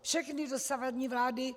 Všechny dosavadní vlády...